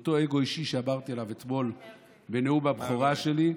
אותו אגו אישי שאמרתי עליו אתמול בנאום הבכורה שלי: